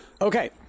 Okay